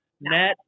Net